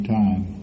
time